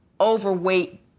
overweight